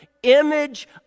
Image